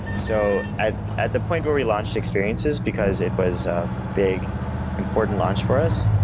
so at at the point where we launched experiences, because it was a big important launch for us,